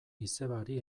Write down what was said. izebari